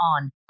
on